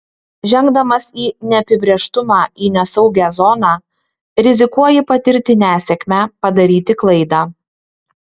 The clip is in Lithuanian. žengdamas į neapibrėžtumą į nesaugią zoną rizikuoji patirti nesėkmę padaryti klaidą